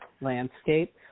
landscape